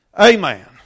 Amen